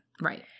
Right